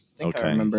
Okay